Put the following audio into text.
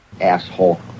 Asshole